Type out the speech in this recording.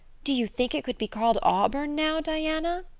do you think it could be called auburn now, diana?